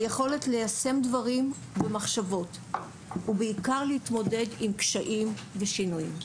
היכולת ליישם דברים ומחשבות ובעיקר להתמודד עם קשיים ושינויים.